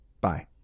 bye